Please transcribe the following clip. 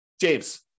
James